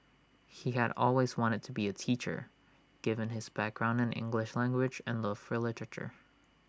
he had always wanted to be A teacher given his background in English language and love for literature